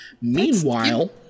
Meanwhile